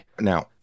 Now